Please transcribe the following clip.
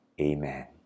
Amen